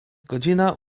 godzina